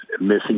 missing